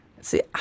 See